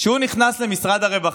כשהוא נכנס למשרד הרווחה,